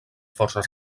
forces